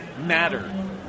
matter